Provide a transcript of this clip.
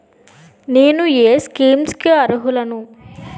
నేను ఏ స్కీమ్స్ కి అరుహులను?